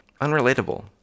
unrelatable